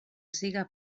siga